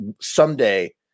someday